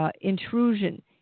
intrusion